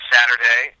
Saturday